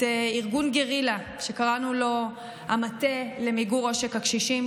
הקמנו ארגון גרילה וקראנו לו "המטה למיגור עושק הקשישים",